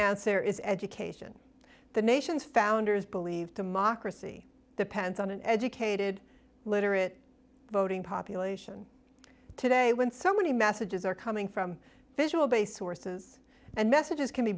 answer is education the nation's founders believed democracy depends on an educated literate voting population today when so many messages are coming from visual base orses and messages can be